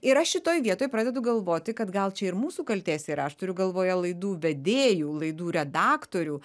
ir aš šitoj vietoj pradedu galvoti kad gal čia ir mūsų kaltės yra aš turiu galvoje laidų vedėjų laidų redaktorių